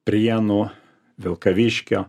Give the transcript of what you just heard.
prienų vilkaviškio